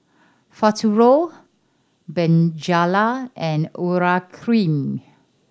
Futuro Bonjela and Urea Cream